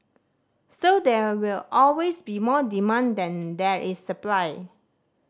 so there will always be more demand than there is supply